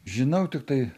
žinau tiktai